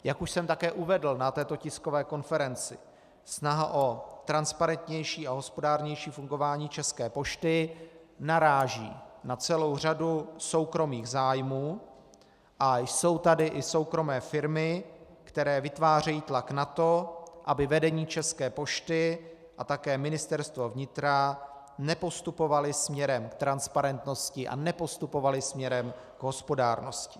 Jak už jsem také uvedl na této tiskové konferenci, snaha o transparentnější a hospodárnější fungování České pošty naráží na celou řadu soukromých zájmů a jsou tady i soukromé firmy, které vytvářejí tlak na to, aby vedení České pošty a také Ministerstvo vnitra nepostupovala směrem k transparentnosti a nepostupovala směrem k hospodárnosti.